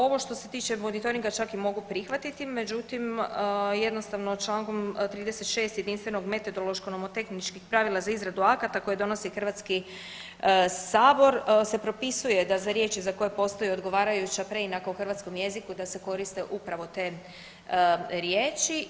Ovo što se tiče monitoringa čak i mogu prihvatiti, međutim jednostavno člankom 36. jedinstvenog metodološki jedinstvenih tehničkih pravila za izradu akata koje donosi Hrvatski sabor se propisuje da za riječi za koje postoji odgovarajuća preinaka u hrvatskom jeziku da se koriste upravo te riječi.